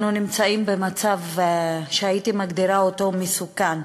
אנו נמצאים במצב שהייתי מגדירה אותו מסוכן,